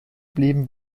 blieben